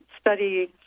study